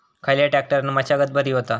खयल्या ट्रॅक्टरान मशागत बरी होता?